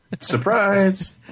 Surprise